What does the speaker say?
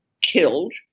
killed